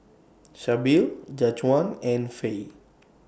Sybil Jajuan and Fae